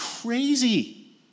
Crazy